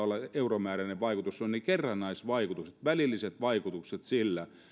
olla euromääräinen vaikutus ovat kerrannaisvaikutukset välilliset vaikutukset sillä